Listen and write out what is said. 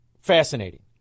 fascinating